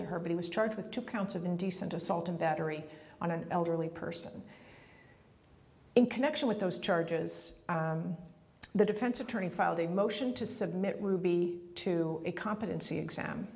to her but he was charged with two counts of indecent assault and battery on an elderly person in connection with those charges the defense attorney filed a motion to submit would be to a competency exam